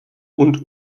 und